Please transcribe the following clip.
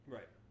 Right